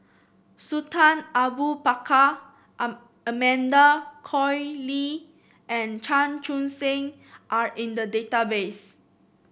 Sultan Abu Bakar Amanda Koe Lee and Chan Chun Sing are in the database